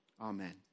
Amen